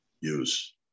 use